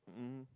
mmhmm